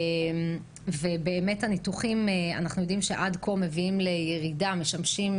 אנחנו יודעים שעד כה הניתוחים משמשים